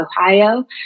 Ohio